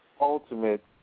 ultimate